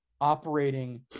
operating